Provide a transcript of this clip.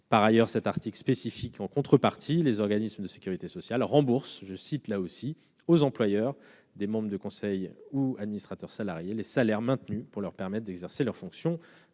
par ailleurs que, en contrepartie, les organismes de sécurité sociale « remboursent également aux employeurs des membres du conseil ou administrateurs salariés les salaires maintenus pour leur permettre d'exercer leurs fonctions